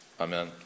Amen